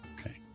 Okay